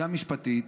גם משפטית,